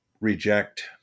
reject